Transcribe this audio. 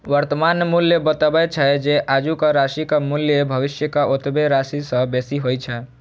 वर्तमान मूल्य बतबै छै, जे आजुक राशिक मूल्य भविष्यक ओतबे राशि सं बेसी होइ छै